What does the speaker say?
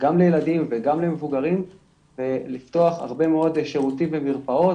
גם לילדים וגם למבוגרים ולפתוח הרבה מאוד שירותים ומרפאות